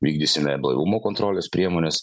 vykdysime blaivumo kontrolės priemones